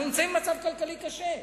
אנחנו נמצאים במצב כלכלי קשה.